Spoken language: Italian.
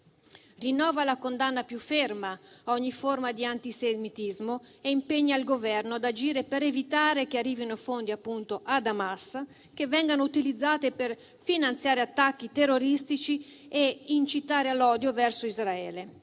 rinnova la condanna più ferma a ogni forma di antisemitismo e impegna il Governo ad agire per evitare che arrivino fondi ad Hamas che vengano utilizzati per finanziare attacchi terroristici e incitare all'odio verso Israele;